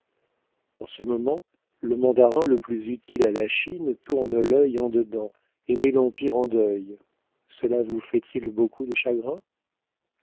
en ce moment le mandarin le plus utile à la chine tourne l'œil en dedans et met l'empire en deuil cela vous fait-il beaucoup de chagrin